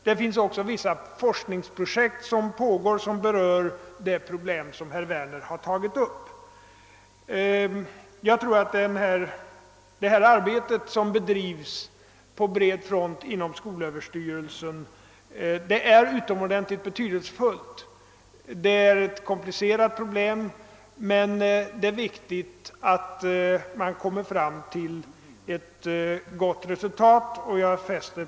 Det finns också vissa pågående forskningsprojekt som berör det problem herr Werner aktualiserat. Jag tror att detta arbete, som bedrivs på bred front inom skolöverstyrelsen, är utomordentligt betydelsefullt. Problemet är komplicerat, men det är viktigt att ett gott resultat nås.